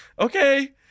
Okay